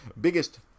biggest